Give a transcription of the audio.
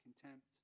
contempt